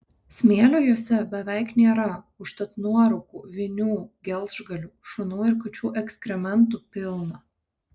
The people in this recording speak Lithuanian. smėlio jose beveik nėra užtat nuorūkų vinių gelžgalių šunų ir kačių ekskrementų pilna